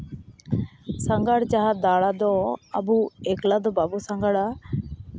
ᱥᱟᱸᱜᱷᱟᱨ ᱡᱟᱦᱟᱸ ᱫᱟᱬᱟ ᱫᱚ ᱟᱵᱚ ᱮᱠᱞᱟ ᱫᱚ ᱵᱟᱵᱚ ᱥᱟᱸᱜᱷᱟᱨᱟ